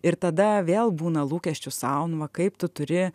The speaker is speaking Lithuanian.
ir tada vėl būna lūkesčių sau nu va kaip tu turi